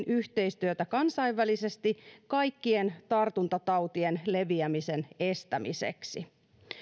yhteistyötä myöskin kansainvälisesti kaikkien tartuntatautien leviämisen estämiseksi